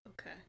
Okay